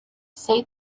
say